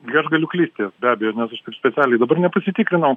gi aš galiu klysti be abejo nes aš spe specialiai dabar nepasitikrinau